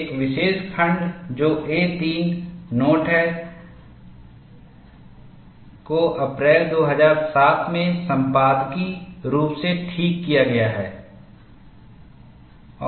एक विशेष खंड जो A3 नोट है को अप्रैल 2007 में संपादकीय रूप से ठीक किया गया है